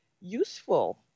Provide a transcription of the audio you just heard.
useful